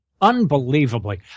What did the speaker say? Unbelievably